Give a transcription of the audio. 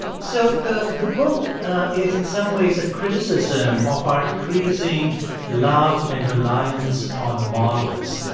so the the book is, in some ways, a criticism of our increasing love and reliance on models.